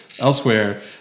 elsewhere